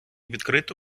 відкрито